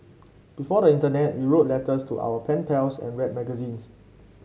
before the internet we wrote letters to our pen pals and read magazines